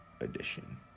edition